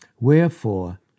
Wherefore